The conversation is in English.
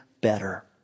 better